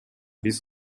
биз